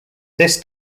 this